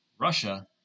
Russia